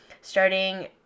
starting